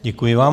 Děkuji vám.